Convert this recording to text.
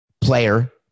player